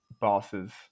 bosses